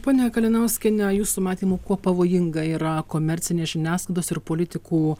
ponia kalinauskiene jūsų matymu kuo pavojinga yra komercinės žiniasklaidos ir politikų